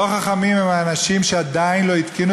לא חכמים הם האנשים שעדיין לא התקינו